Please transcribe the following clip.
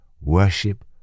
Worship